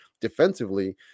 defensively